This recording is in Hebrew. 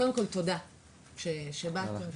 קודם כל תודה שבאת ושיתפת.